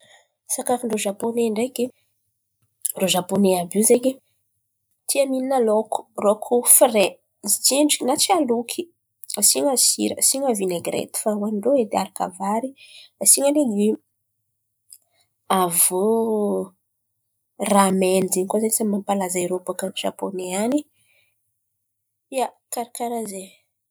Sakafo ndrô Zapône ndreky, irô zapône àby io zen̈y, tia mihin̈a lôko, lôko fre tsendriky na tsy aloky asian̈a sira asian̈a vinegirety fa hoanin-drô edy aharaka vary, asian̈a legimo. Avô raha mainy izen̈y koa zen̈y anisany mampalaza rô baka Zapône an̈y. Ia, karà karàha zen̈y.